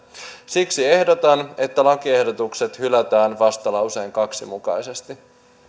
siksi ehdotan että lakiehdotukset hylätään vastalauseen kaksi mukaisesti